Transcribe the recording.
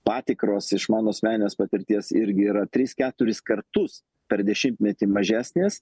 patikros iš mano asmeninės patirties irgi yra tris keturis kartus per dešimtmetį mažesnės